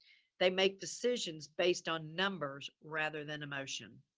they make decisions based on numbers rather than emotion.